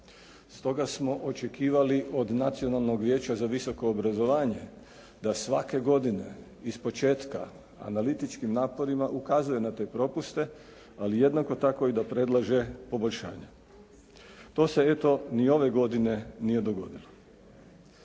Stoga smo očekivali od Nacionalnog vijeća za visoko obrazovanje da svake godine ispočetka analitičkim naporima ukazuje na te propuste, ali i jednako tako da predlaže poboljšanja. To se eto ni ove godine nije dogodilo.